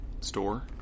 store